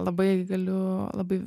labai galiu labai